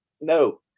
No